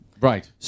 Right